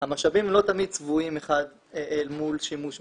המשאבים לא תמיד צבועים לשימוש מסוים.